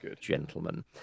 gentlemen